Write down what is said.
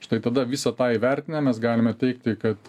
štai tada visą tą įvertinę mes galime teigti kad